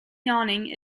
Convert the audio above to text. yawning